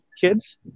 kids